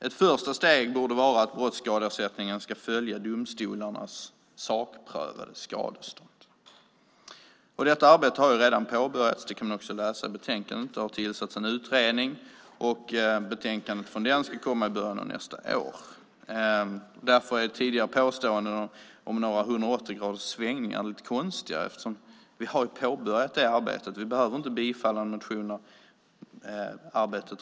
Ett första steg borde vara att brottsskadeersättningen ska följa domstolarnas sakprövade skadestånd. Detta arbete har redan påbörjats. Det kan man också läsa i betänkandet. Det har tillsatts en utredning, och betänkandet från den ska komma i början av nästa år. Därför är tidigare påståenden om 180 graders svängning lite konstiga. Vi har påbörjat det arbetet, och då behöver vi inte bifalla motionerna.